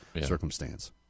circumstance